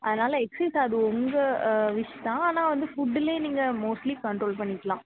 அதனால் எக்ஸ்சைஸ் அது உங்கள் விஷ் தான் ஆனால் வந்து ஃபுட்டுலேயே நீங்கள் மோஸ்ட்லி கண்ட்ரோல் பண்ணிக்கலாம்